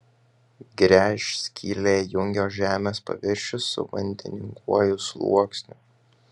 gręžskylė jungia žemės paviršių su vandeninguoju sluoksniu